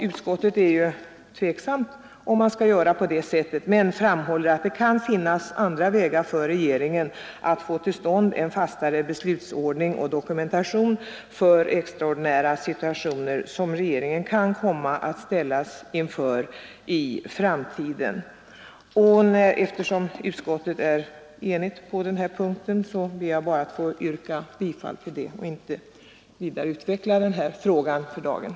Utskottet är alltså tveksamt i fråga om en grundlagsreglering men framhåller att det kan finnas andra vägar för regeringen att få till stånd en fastare beslutsordning och dokumentation när det gäller extraordinära situationer som den kan komma att ställas inför i framtiden. Eftersom utskottet är enigt på den här punkten ber jag bara att få yrka att utskottets anmälan lägges till handlingarna.